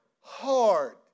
hard